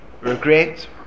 regret